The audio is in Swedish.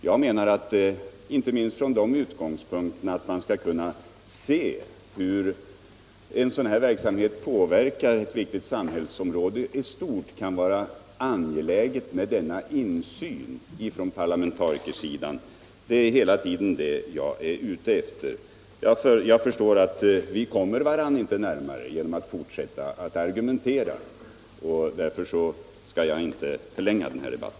Jag menar att det inte minst från utgångspunkten att man skall kunna se hur en sådan här verksamhet påverkar ett viktigt samhällsområde i stort är angeläget med denna insyn från parlamentarikersidan. Det är vad jag hela tiden är ute efter. Men jag förstår, som sagt, att vi inte kommer varandra närmare genom att fortsätta att argumentera, och därför skall jag nu inte förlänga denna debatt.